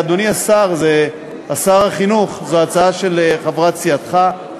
אדוני שר החינוך, זו הצעה של חברת סיעתך,